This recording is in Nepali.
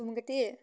भूमिका दी